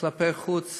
כלפי חוץ